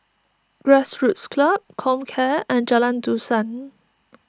Grassroots Club Comcare and Jalan Dusan